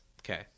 Okay